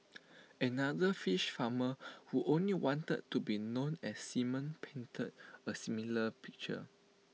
another fish farmer who only wanted to be known as simon painted A similar picture